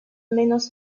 menos